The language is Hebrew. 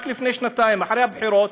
רק לפני שנתיים, אחרי הבחירות,